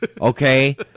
Okay